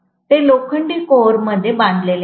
ते लोखंडी कोअर मध्ये बांधलेले आहे